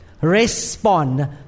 Respond